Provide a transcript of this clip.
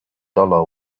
dollar